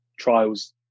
trials